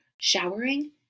showering